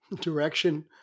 direction